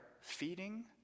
feeding